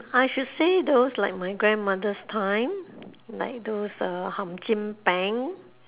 I should say those like my grandmother's time like those uh